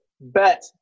Bet